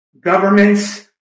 governments